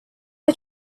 are